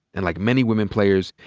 and like many women players,